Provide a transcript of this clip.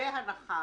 בהנחה